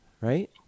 right